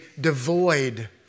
devoid